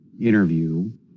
interview